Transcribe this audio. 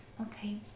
Okay